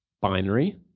binary